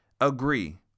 agree